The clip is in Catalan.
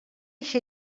eixa